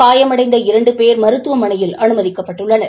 காயமடைந்த இரண்டு பேர் மருத்துவமனையில் அனுமதிக்கப்பட்டுள்ளனர்